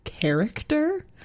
Character